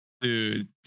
dude